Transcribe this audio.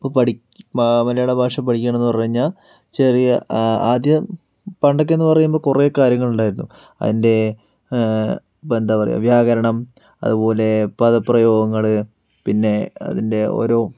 ഇപ്പോൾ മലയാള ഭാഷ പഠിക്കുകയാണെന്ന് പറഞ്ഞു കഴിഞ്ഞാൽ ചെറിയ ആദ്യം പണ്ടൊക്കെയെന്ന് പറയുമ്പോൾ കുറെ കാര്യങ്ങൾ ഉണ്ടായിരുന്നു അതിൻ്റെ ഇപ്പോൾ എന്താ പറയുക വ്യാകരണം അത് പോലെ പദപ്രേയോഗങ്ങൾ പിന്നെ അതിൻ്റെ ഓരോ